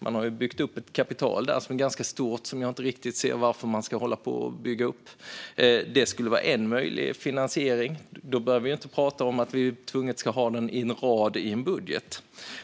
Där har byggts upp ett ganska stort kapital. Jag ser inte riktigt varför man ska hålla på och bygga upp det. Det skulle vara en möjlig finansiering. Då behöver vi inte prata om att den tvunget ska finnas på en rad i en budget.